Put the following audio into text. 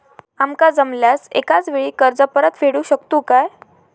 आमका जमल्यास एकाच वेळी कर्ज परत फेडू शकतू काय?